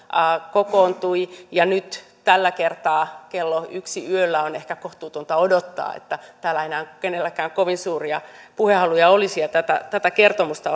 kokoontui ja nyt tällä kertaa kello yksi yöllä on ehkä kohtuutonta odottaa että täällä enää kenelläkään kovin suuria puhehaluja olisi niin että tätä kertomusta